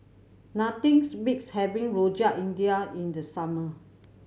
nothing's beats having Rojak India in the summer